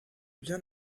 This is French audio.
bien